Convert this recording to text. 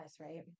right